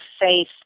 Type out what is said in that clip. faith